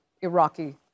Iraqi